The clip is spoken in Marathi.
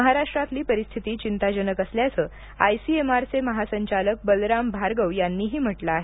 महाराष्ट्रातली परिस्थिती चिंताजनक असल्याचं आयसीएमआरचे महासंचालक बलराम भार्गव यांनीही म्हटलं आहे